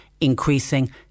increasing